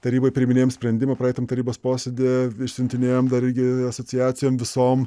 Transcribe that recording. taryboj priiminėjom sprendimą praeitam tarybos posėdy išsiuntinėjom dargi asociacijom visom